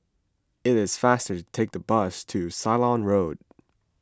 it is faster to take the bus to Ceylon Road